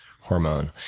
hormone